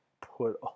put